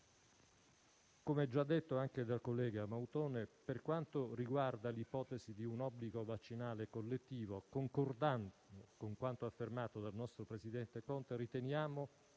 Come già detto dal collega Mautone, per quanto riguarda l'ipotesi di un obbligo vaccinale collettivo, concordando con quanto affermato dal nostro presidente Conte, riteniamo che